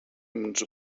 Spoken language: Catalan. uns